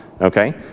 okay